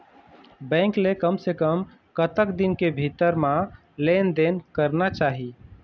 Bank ले कम से कम कतक दिन के भीतर मा लेन देन करना चाही?